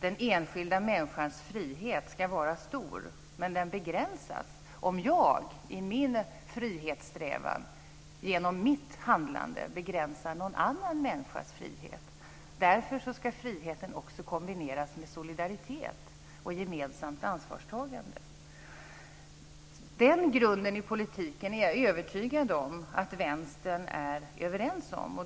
Den enskilda människans frihet ska vara stor, men den begränsas om jag i min frihetssträvan, genom mitt handlande begränsar någon annan människas frihet. Därför ska friheten kombineras med solidaritet och gemensamt ansvarstagande. Den grunden i politiken är jag övertygad om att Vänstern är överens om.